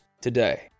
today